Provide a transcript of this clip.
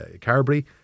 Carberry